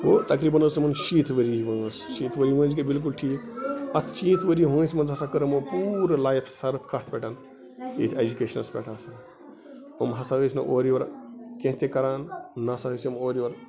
گوٚو تقریٖبَن ٲس یِمَن شیٖتھ ؤری وٲنٛس شیٖتھ ؤری وٲنٛس گٔے بِلکُل ٹھیٖک اَتھ شیٖتھ ؤری وٲنٛسہِ منٛز ہَسا کٔر یِمَو پوٗرٕ لایف سَرف کَتھ پٮ۪ٹھ ییٚتھۍ ایٚجوکیشنَس پٮ۪ٹھ ہَس یِم ہسا ٲسۍ نہٕ اورٕیور کیٚنٛہہ تہِ کَران نہَ ہسا ٲسۍ یِم اورٕ یور